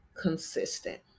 consistent